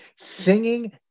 singing